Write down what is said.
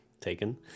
taken